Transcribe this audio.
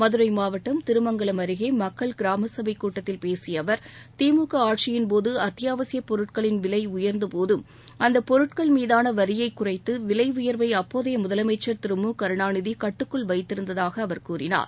மதுரை மாவட்டம் திருமங்கலம் அருகே மக்கள் கிராமசபை கூட்டத்தில் பேசிய அவர் திமுக ஆட்சியின்போது அத்தியாவசியப் பொருட்களின் விலை உயர்ந்த போதும் அந்த பொருட்கள் மீதான வரியை குறைத்து விலை உயர்வை அப்போதைய முதலமைச்சர் திரு மு கருணாநிதி ஷட்டுக்குள் வைத்திருந்ததாக அவர் கூறினார்